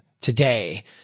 today